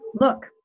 Look